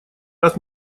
раз